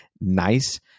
Nice